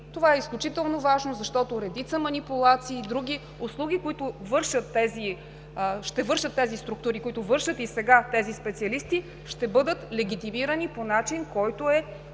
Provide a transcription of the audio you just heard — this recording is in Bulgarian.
Това е изключително важно, защото редица манипулации, а и други услуги, които ще вършат тези структури, които и сега вършат тези специалисти, ще бъдат легитимирани по начин, който е